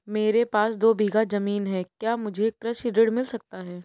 मेरे पास दो बीघा ज़मीन है क्या मुझे कृषि ऋण मिल सकता है?